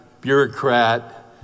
bureaucrat